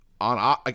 on –